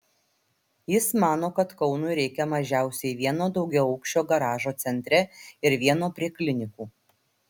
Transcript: jis mano kad kaunui reikia mažiausiai vieno daugiaaukščio garažo centre ir vieno prie klinikų